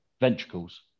ventricles